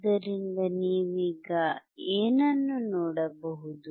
ಆದ್ದರಿಂದ ನೀವೀಗ ಏನನ್ನು ನೋಡಬಹುದು